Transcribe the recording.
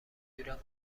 ایران